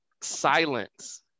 Silence